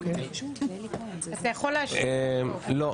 אתה יכול --- לא.